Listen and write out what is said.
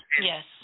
Yes